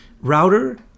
router